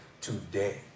today